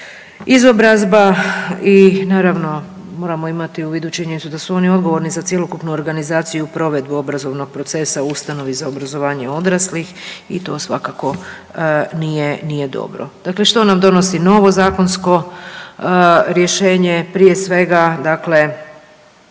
izobrazba. I naravno moramo imati u vidu činjenicu da su oni odgovorni za cjelokupnu organizaciju i provedbu obrazovnog procesa u ustanovi za obrazovanje odraslih i to svakako nije, nije dobro. Dakle, što nam donosi novo zakonsko rješenje? Prije svega